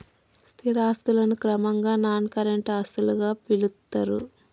స్థిర ఆస్తులను క్రమంగా నాన్ కరెంట్ ఆస్తులుగా పిలుత్తరు